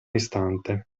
istante